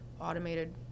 automated